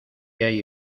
hay